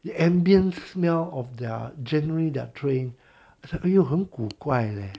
the ambience smell of their generally their train 这个又很古怪 leh